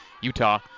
Utah